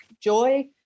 joy